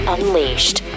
Unleashed